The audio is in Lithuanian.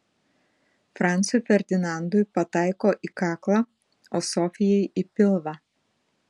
francui ferdinandui pataiko į kaklą o sofijai į pilvą